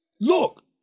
Look